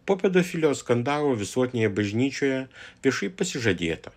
po pedofilijos skandalo visuotinėje bažnyčioje viešai pasižadėta